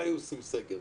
לא היו עושים סגר,